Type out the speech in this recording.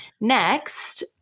next